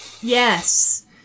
Yes